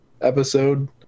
episode